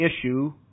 issue